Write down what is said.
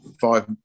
five